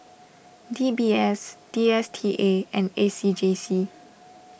D B S D S T A and A C J C